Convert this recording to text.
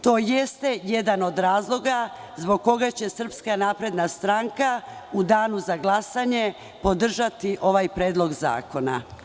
To jeste jedan od razloga zbog koga će SNS u danu za glasanje podržati ovaj predlog zakona.